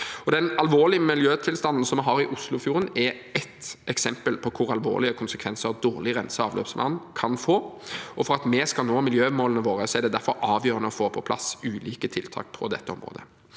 Den alvorlige miljøtilstanden vi har i Oslofjorden, er ett eksempel på hvor alvorlige konsekvenser dårlig renset avløpsvann kan få. Det er derfor avgjørende å få på plass ulike tiltak på dette området